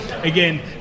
Again